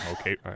okay